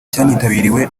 cyanitabiriwe